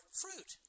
fruit